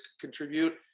contribute